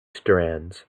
strands